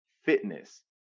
fitness